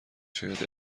شاید